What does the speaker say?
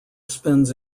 spends